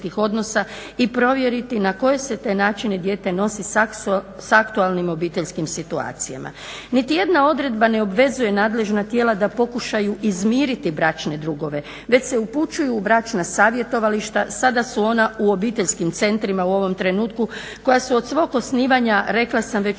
i provjeriti na koje se načine dijete nosi sa aktualnim obiteljskim situacijama. Niti jedna odredba ne obvezuje nadležna tijela da pokušaju izmiriti bračne drugove već se upućuju u bračna savjetovališta. Sada su ona u obiteljskim centrima u ovom trenutku koja su od svog osnivanja rekla sam već